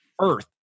earth